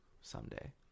someday